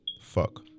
fuck